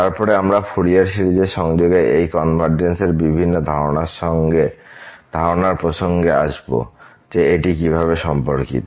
তারপরে আমরা ফুরিয়ার সিরিজের সংযোগে এই কনভারজেন্স এর বিভিন্ন ধারণার প্রসঙ্গে আসব যে এটি কীভাবে সম্পর্কিত